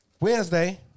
Wednesday